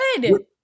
good